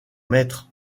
maître